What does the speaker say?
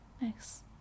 Nice